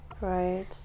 Right